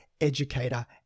educator